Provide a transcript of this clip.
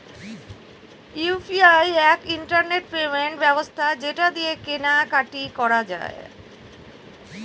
UPI এক internet payment ব্যবস্থা যেটা দিয়ে কেনা কাটি করা যায়